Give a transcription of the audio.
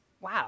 wow